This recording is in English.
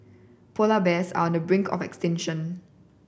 polar bears are on the brink of extinction